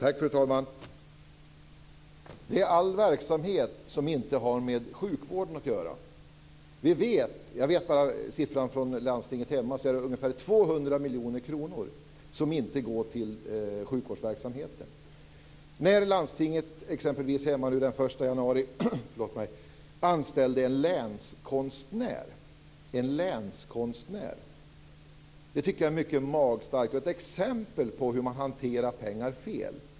Fru talman! Det är all verksamhet som inte har med sjukvården att göra. Jag vet bara siffran från landstinget hemma. Det är ungefär 200 miljoner kronor som inte går till sjukvårdsverksamheten. Landstinget hemma anställde den 1 januari en länskonstnär. Det tycker jag är mycket magstarkt och ett exempel på hur man hanterar pengar fel.